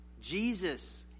Jesus